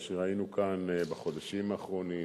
מה שראינו כאן בחודשים האחרונים,